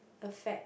affect